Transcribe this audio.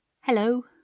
Hello